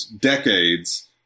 decades